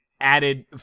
added